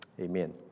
Amen